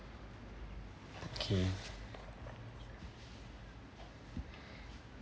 okay